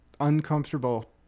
uncomfortable